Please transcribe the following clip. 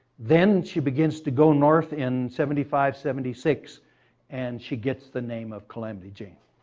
then she begins to go north in seventy five seventy six and she gets the name of calamity jane